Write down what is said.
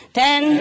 ten